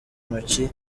ntoki